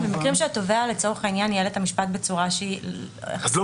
במקרים שהתובע לצורך העניין ניהל את המשפט בצורה --- אז לא